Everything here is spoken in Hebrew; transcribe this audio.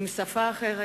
עם שפה אחרת,